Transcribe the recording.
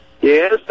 Yes